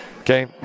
Okay